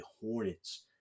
Hornets